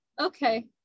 okay